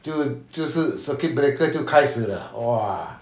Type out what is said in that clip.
就就是 circuit breaker 就开始了 !wah!